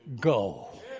go